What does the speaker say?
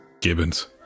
Gibbons